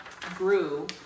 grew